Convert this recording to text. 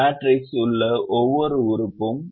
இந்த மேட்ரிக்ஸில் உள்ள ஒவ்வொரு உறுப்பு ≥ 0 ஆகும்